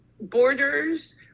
borders